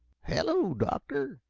hello, doctor!